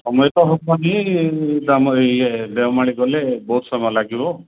ସମୟ ତ ହେବନି ତ ଆମ ଇଏ ଦେଓମାଳି ଗଲେ ବହୁତ ସମୟ ଲାଗିବ